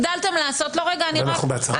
אנחנו בהצהרות פתיחה.